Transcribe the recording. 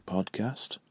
Podcast